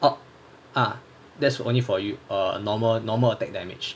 orh ah there's only for you err normal normal attack damage